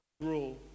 rule